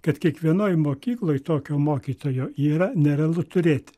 kad kiekvienoj mokykloj tokio mokytojo yra nerealu turėti